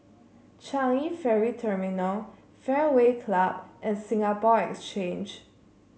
Changi Ferry Terminal Fairway Club and Singapore Exchange